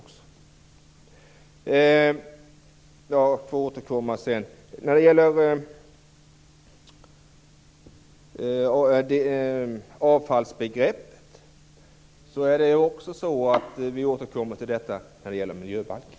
Vi återkommer till avfallsbegreppet när det gäller miljöbalken.